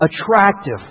attractive